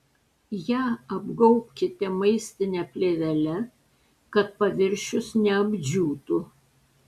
ją apgaubkite maistine plėvele kad paviršius neapdžiūtų